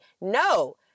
no